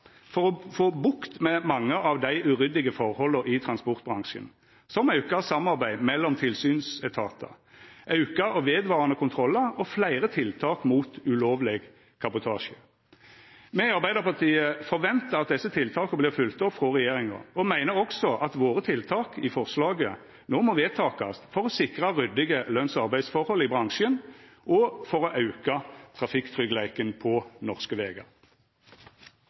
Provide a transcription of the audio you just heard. for å få bukt med mange av dei uryddige forholda i transportbransjen, som auka samarbeid mellom tilsynsetatar, auka og vedvarande kontrollar og fleire tiltak mot ulovleg kabotasje. Me i Arbeidarpartiet forventar at desse tiltaka vert følgte opp frå regjeringa – og me meiner også at våre tiltak i forslaget nå må vedtakast for å sikra ryddige løns- og arbeidsforhold i bransjen, og for å auka trafikktryggleiken på norske vegar.